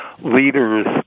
leaders